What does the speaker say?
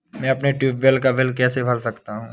मैं अपने ट्यूबवेल का बिल कैसे भर सकता हूँ?